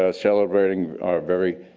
ah celebrating our very,